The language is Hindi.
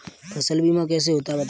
फसल बीमा कैसे होता है बताएँ?